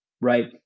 right